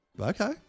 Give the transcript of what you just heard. okay